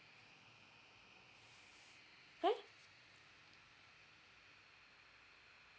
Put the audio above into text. !huh!